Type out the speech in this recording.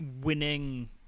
winning